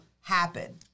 happen